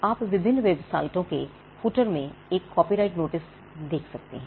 आप विभिन्न वेबसाइटों के footer में एक कॉपीराइट नोटिस देख सकते हैं